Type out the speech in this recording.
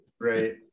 Right